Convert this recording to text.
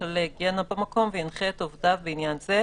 כללי היגיינה במקום וינחה את עובדיו בעניין זה,